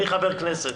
אני חבר כנסת,